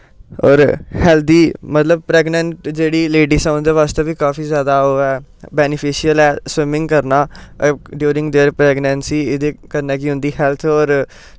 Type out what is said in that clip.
होर हैलदी मतलब प्रगनैंट जेह्ड़ी लेडिस ऐ उं'दे बास्तै बी काफी जादा ओह् ऐ बैनिफिशियल ऐ स्विमिंग करना डिऊरिंग देयर प्रैगनेंसी एह्दे कन्नै कि उं'दी हैल्थ होर